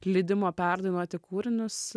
leidimo perdainuoti kūrinius